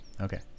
Okay